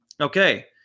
Okay